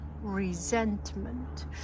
resentment